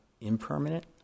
impermanent